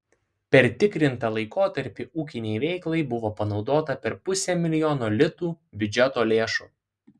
per tikrintą laikotarpį ūkinei veiklai buvo panaudota per pusę milijono litų biudžeto lėšų